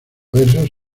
versos